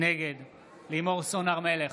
נגד לימור סון הר מלך,